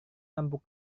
lampu